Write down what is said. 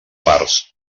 parts